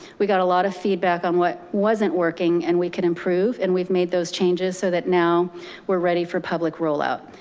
we got a lot of feedback on what wasn't working and we could improve and we've made those changes so that now we're ready for public rollout.